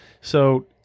So-